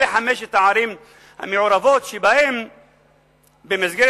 אלה חמש הערים המעורבות שבהן במסגרת